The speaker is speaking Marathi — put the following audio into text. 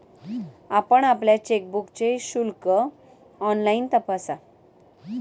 आपण आपल्या चेकबुकचे शुल्क ऑनलाइन तपासा